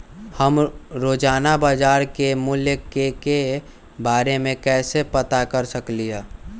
हम रोजाना बाजार के मूल्य के के बारे में कैसे पता कर सकली ह?